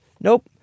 nope